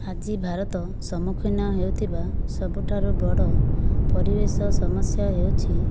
ଆଜି ଭାରତ ସମ୍ମୁଖୀନ ହେଉଥିବା ସବୁଠାରୁ ବଡ଼ ପରିବେଶ ସମସ୍ୟା ହେଉଛି